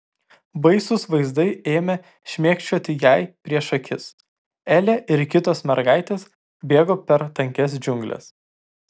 baisūs vaizdai ėmė šmėkščioti jai prieš akis elė ir kitos mergaitės bėgo per tankias džiungles